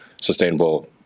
sustainable